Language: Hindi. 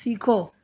सीखो